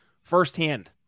firsthand